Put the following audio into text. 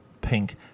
pink